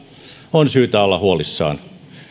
on syytä olla huolissaan